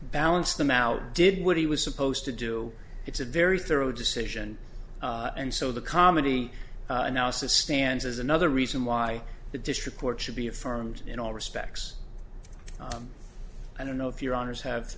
balanced them out did what he was supposed to do it's a very thorough decision and so the comedy analysis stands as another reason why the district court should be affirmed in all respects i don't know if your honour's have